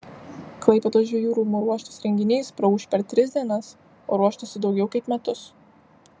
klaipėdos žvejų rūmų ruoštas renginys praūš per tris dienas o ruoštasi daugiau kaip metus